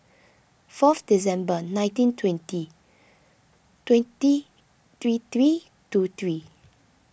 fourth December nineteen twenty twenty three three two three